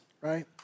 right